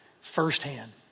firsthand